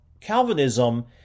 Calvinism